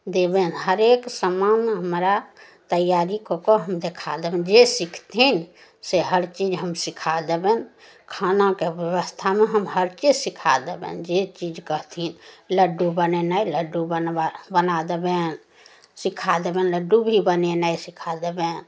देबनि हरेक समान हमरा तैआरी कऽ कऽ हम देखा देबनि जे सिखथिन से हर चीज हम सिखा देबनि खानाके बेबस्थामे हम हर चीज सिखा देबनि जे चीज कहथिन लड्डू बनेनाइ लड्डू बनबऽ बना देबनि सिखा देबनि लड्डू भी बनेनाइ सिखा देबनि